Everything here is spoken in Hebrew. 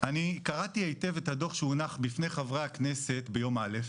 אני קראתי היטב את הדו"ח שהונח בפני חברי הכנסת ביום א'